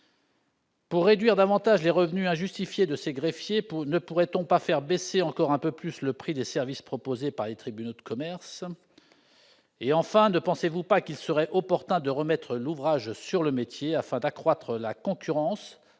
Pour réduire davantage les revenus injustifiés de ces greffiers, ne pourrait-on pas faire baisser encore un peu plus le prix des services proposés par les tribunaux de commerce ? Enfin, ne pensez-vous pas qu'il serait opportun de remettre l'ouvrage sur le métier afin d'accroître la concurrence